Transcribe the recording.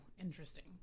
Interesting